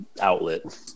outlet